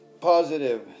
positive